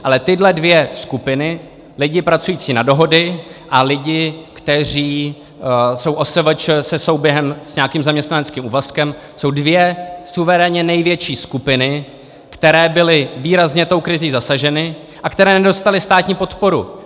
Ale tyhle dvě skupiny, lidi pracující na dohody a lidi, kteří jsou OSVČ se souběhem s nějakým zaměstnaneckým úvazkem, jsou dvě suverénně největší skupiny, které byly výrazně tou krizí zasaženy a které nedostaly státní podporu!